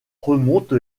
remonte